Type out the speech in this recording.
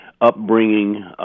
upbringing